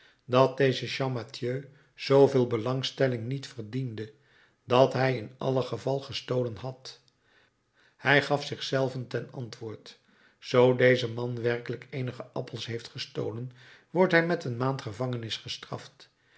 dat deze champmathieu zooveel belangstelling niet verdiende dat hij in alle geval gestolen had hij gaf zich zelven ten antwoord zoo deze man werkelijk eenige appels heeft gestolen wordt hij met een maand gevangenis gestraft